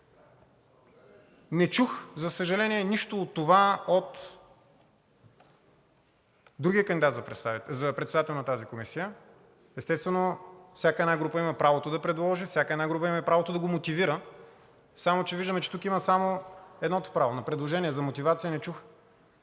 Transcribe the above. Не чух, за съжаление, нищо от това от другия кандидат за председател на тази комисия. Естествено, всяка група има правото да предложи, всяка група има правото да го мотивира, но виждаме, че тук има само едното право. Предложение за мотивация не чух.